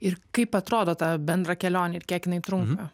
ir kaip atrodo ta bendra kelionė ir kiek jinai trunka